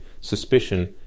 suspicion